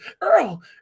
Earl